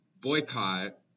boycott